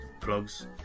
plugs